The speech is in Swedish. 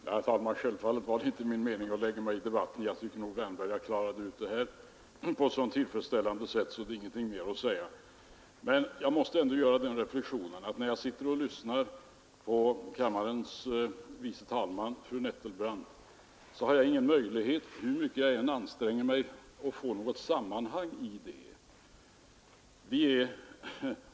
Herr talman! Självfallet är det inte min mening att lägga mig i denna debatt, som jag tycker att herr Wärnberg har klarat av helt tillfredsställande. Där finns det inget mer att tillägga. Men jag måste göra den reflexionen när jag lyssnar på kammarens andre vice talman fru Nettelbrandt, att jag har ingen möjlighet att få något sammanhang i vad hon säger, hur mycket jag än anstränger mig.